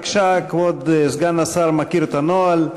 בבקשה, כבוד השר מכיר את הנוהל.